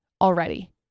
already